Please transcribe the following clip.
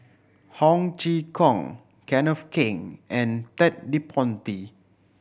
Ho Chee Kong Kenneth Keng and Ted De Ponti